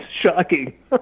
Shocking